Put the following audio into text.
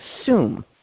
assume